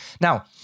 Now